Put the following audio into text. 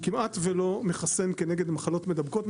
כמעט ולא מחסן כנגד מחלות מדבקות,